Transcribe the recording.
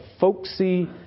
folksy